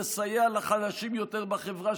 לסייע לחלשים יותר בחברה,